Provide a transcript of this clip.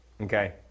Okay